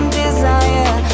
desire